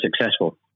successful